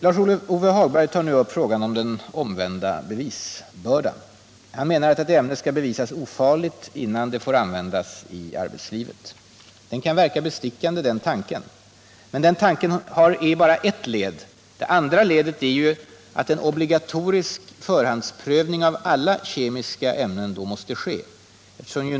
Lars-Ove Hagberg tar nu upp frågan om den omvända bevisbördan. Han menar att ett ämne skall bevisas vara ofarligt innan det får användas i arbetslivet. Den tanken kan verka bestickande, men den är bara ett led i det hela. Det andra ledet är att en obligatorisk förhandsprövning av alla kemiska ämnen i så fall måste ske.